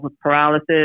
paralysis